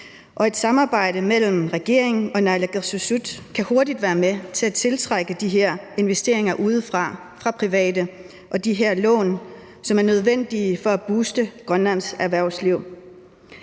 et samarbejde mellem regeringen og naalakkersuisut kan hurtigt være med til at tiltrække de her investeringer udefra fra private og de her lån, som er nødvendige for at booste Grønlands erhvervsliv.